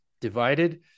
divided